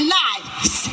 lives